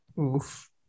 Oof